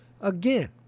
Again